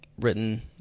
Written